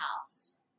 house